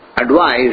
advised